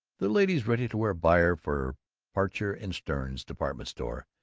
the ladies'-ready-to-wear buyer for parcher and stein's department-store,